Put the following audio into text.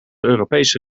europese